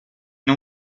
non